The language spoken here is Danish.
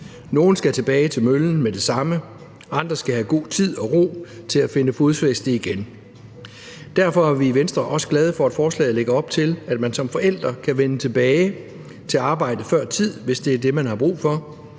Nogle skal tilbage til møllen med det samme; andre skal have god tid og ro til at finde fodfæste igen. Derfor er vi i Venstre også glade for, at forslaget lægger op til, at man som forældre kan vende tilbage til arbejdet før tid, hvis det er det, man har brug for,